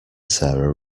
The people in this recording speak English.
sarah